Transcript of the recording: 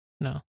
No